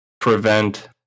prevent